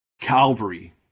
calvary